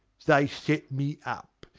they set me up,